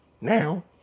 now